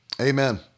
Amen